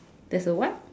there's a what